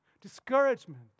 discouragement